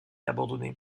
abandonné